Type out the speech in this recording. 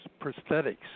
prosthetics